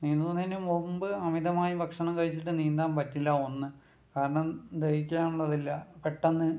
നീന്തുന്നതിനു മുമ്പ് അമിതമായി ഭക്ഷണം കഴിച്ചിട്ട് നീന്താൻ പറ്റില്ല ഒന്ന് കാരണം ദഹിക്കാനുള്ളതില്ല പെട്ടെന്ന്